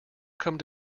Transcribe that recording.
come